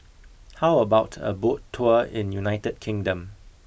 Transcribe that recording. how about a boat tour in United Kingdom